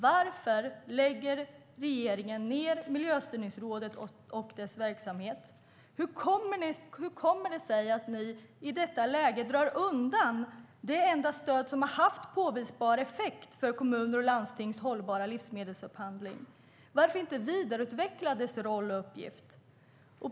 Varför lägger regeringen ned Miljöstyrningsrådet och dess verksamhet? Hur kommer det sig att ni i detta läge drar undan det enda stöd som har haft påvisbar effekt för kommuners och landstings hållbara livsmedelsupphandling? Varför inte vidareutveckla dess roll och uppgift?